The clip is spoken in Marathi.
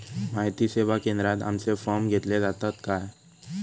माहिती सेवा केंद्रात आमचे फॉर्म घेतले जातात काय?